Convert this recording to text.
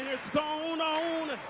it's gone on.